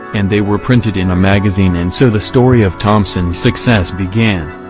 and they were printed in a magazine and so the story of thompson's success began.